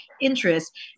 interest